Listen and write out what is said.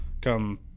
come